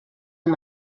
amb